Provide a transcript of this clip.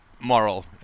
moral